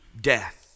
death